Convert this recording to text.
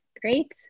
Great